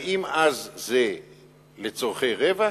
האם אז זה לצורכי רווח?